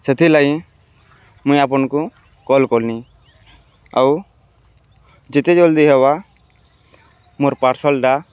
ସେଥିର୍ଲାଗି ମୁଇଁ ଆପଣଙ୍କୁ କଲ୍ କଲିି ଆଉ ଯେତେ ଜଲ୍ଦି ହେବା ମୋର୍ ପାର୍ସଲ୍ଟା